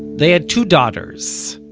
they had two daughters,